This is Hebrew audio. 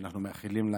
שאנחנו מאחלים לה